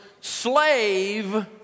slave